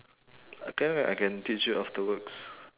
ah can ah I can teach you afterwards